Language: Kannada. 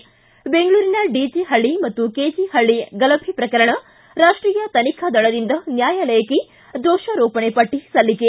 ್ಲಿ ಬೆಂಗಳೂರಿನ ಡಿಜೆ ಹಳ್ಳಿ ಮತ್ತು ಕೆಜೆ ಹಳ್ಳಿ ಗಲಭೆ ಪ್ರಕರಣ ರಾಷ್ಟೀಯ ತನಿಖಾ ದಳದಿಂದ ನ್ಯಾಯಾಲಯಕ್ಕ ದೋಷಾರೋಪಣೆ ಪಟ್ಟಿ ಸಲ್ಲಿಕೆ